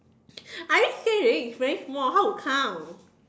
I already say already it's very small how to count